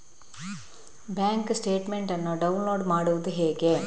Bank statement ಅನ್ನು download ಮಾಡುವುದು ಹೇಗೆ?